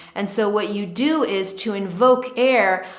and so what you do is to invoke air,